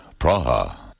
Praha